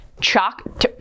Chalk